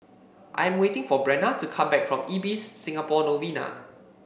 I am waiting for Brenna to come back from Ibis Singapore Novena